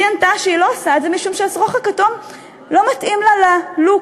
והיא ענתה שהיא לא עושה את זה משום שהשרוך הכתום לא מתאים לה ל"לוק".